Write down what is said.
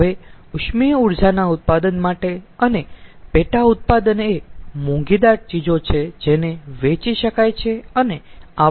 હવે ઉષ્મી ઊર્જાના ઉત્પાદન માટે અને પેટા ઉત્પાદનએ મોંઘીદાટ ચીજો છે જેને વેચી શકાય છે અને આવક થઈ શકે છે